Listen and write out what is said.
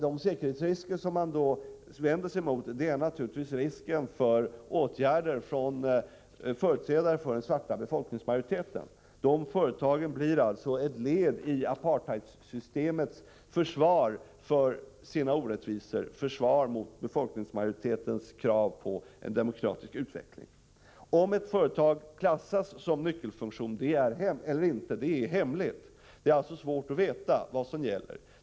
De säkerhetsrisker man vill värja sig mot är naturligtvis åtgärder från företrädare för den svarta befolkningsmajoriteten. Företagen i fråga blir alltså ett led i apartheidsystemets försvar av sina orättvisor och ett försvar mot befolkningsmajoritetens krav på en demokratisk utveckling. Om ett företag klassas som key point eller ej är hemligt. Det är alltså svårt att veta vad som gäller.